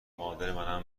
مادرمنم